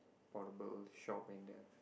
portable shop and the